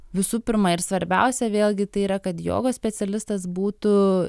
visų pirma ir svarbiausia vėlgi tai yra kad jogos specialistas būtų